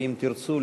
אם ירצו,